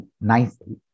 nicely